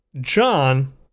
John